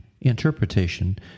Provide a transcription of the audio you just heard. interpretation